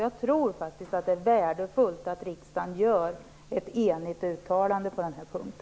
Jag tror faktiskt att det är värdefullt att riksdagen gör ett enigt uttalande på denna punkt.